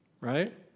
right